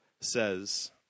says